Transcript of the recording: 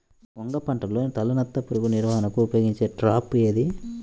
వంగ పంటలో తలనత్త పురుగు నివారణకు ఉపయోగించే ట్రాప్ ఏది?